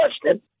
question